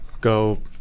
Go